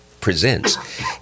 presents